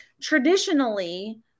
traditionally